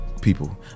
people